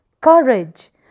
courage